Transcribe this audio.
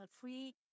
free